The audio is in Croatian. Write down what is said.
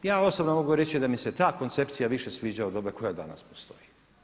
Ja osobno mogu reći da mi se ta koncepcija više sviđa od ove koja danas postoji.